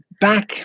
back